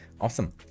Awesome